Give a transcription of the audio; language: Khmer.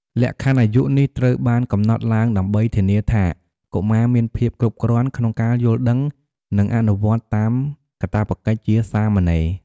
លក្ខខណ្ឌអាយុនេះត្រូវបានកំណត់ឡើងដើម្បីធានាថាកុមារមានភាពគ្រប់គ្រាន់ក្នុងការយល់ដឹង និងអនុវត្តតាមកាតព្វកិច្ចជាសាមណេរ។